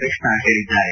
ಕೃಷ್ಣ ಹೇಳಿದ್ದಾರೆ